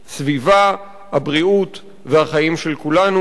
הסביבה, הבריאות והחיים של כולנו.